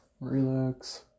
relax